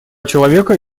человека